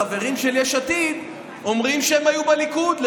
שהרבה מאוד מהחברים של יש עתיד אומרים שהם היו בליכוד.